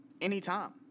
anytime